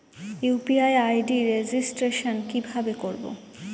UPI ID registration কিভাবে করব?